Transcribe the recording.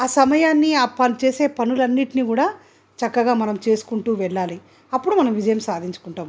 ఆ సమయాన్ని ఆ చేసే పనులన్నింటినీ కూడా చక్కగా మనం చేసుకుంటూ వెళ్ళాలి అప్పుడు మనం విజయం సాధించుకుంటాము